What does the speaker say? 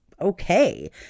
okay